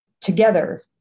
Together